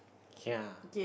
kia